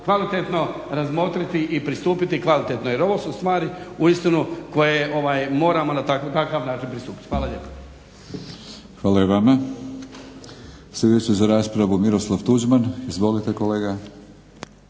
kvalitetno razmotriti i pristupiti kvalitetno jer ovo su stvari uistinu koje moramo na takav način pristupiti. Hvala lijepa. **Batinić, Milorad (HNS)** Hvala i vama. Sljedeći za raspravu Miroslav Tuđman. Izvolite kolega.